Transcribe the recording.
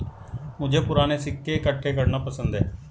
मुझे पूराने सिक्के इकट्ठे करना पसंद है